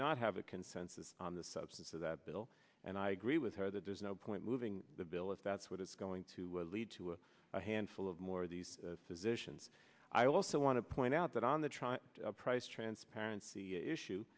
not have a consensus on the substance of that bill and i agree with her that there's no point moving the bill if that's what it's going to lead to a handful of more of these positions i also want to point out that on the trot price transparency issue